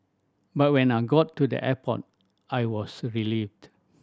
but when I got to the airport I was relieved